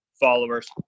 followers